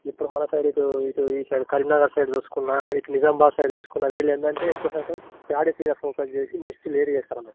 ఇప్పుడు మన సైడు ఇటు ఇటు ఈ సైడ్ కరీంనగర్ సైడ్ చూసుకున్న కూడా ఇటు నిజామాబాద్ సైడ్ చూసుకున్న వీళ్ళు ఏంటంటే ఎక్కువ శాతం ప్యాడి మీద ఫోకస్ చేసి మిర్చి లేట్గా వేస్తారు అన్నట్టు